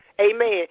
Amen